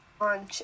On